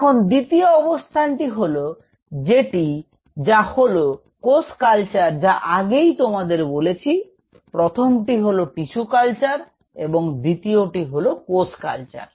এখন দ্বিতীয় অবস্থাটি হল সেটি যা হল কোষ কালচার যা আগেই তোমাদের বলেছি প্রথমটি হল টিস্যু কালচার এবং দ্বিতীয়টি হল কোষ কালচার